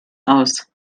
aus